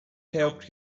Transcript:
helped